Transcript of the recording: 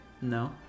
no